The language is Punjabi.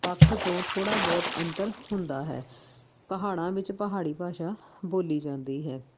ਪੱਖ ਤੋਂ ਥੋੜ੍ਹਾ ਬਹੁਤ ਅੰਤਰ ਹੁੰਦਾ ਹੈ ਪਹਾੜਾਂ ਵਿੱਚ ਪਹਾੜੀ ਭਾਸ਼ਾ ਬੋਲੀ ਜਾਂਦੀ ਹੈ